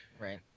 right